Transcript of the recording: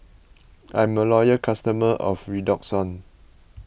I'm a loyal customer of Redoxon